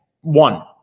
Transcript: One